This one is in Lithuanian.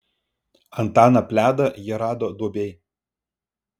antaną pledą jie rado duobėj